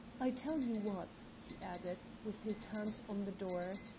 i tell you what, he added, with his hand on the door,